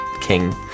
king